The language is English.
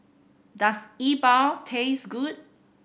does E Bua taste good